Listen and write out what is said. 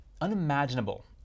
unimaginable